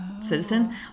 citizen